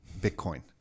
Bitcoin